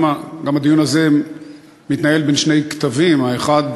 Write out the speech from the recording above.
גם הדיון הזה מתנהל בין שני קטבים: האחד,